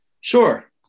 Sure